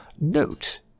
note